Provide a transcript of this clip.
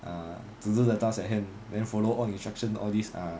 ah to do the task at hand then follow all instructions all these ah